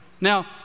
Now